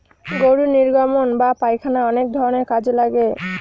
গরুর নির্গমন বা পায়খানা অনেক ধরনের কাজে লাগে